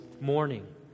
morning